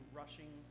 rushing